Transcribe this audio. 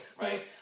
right